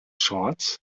shorts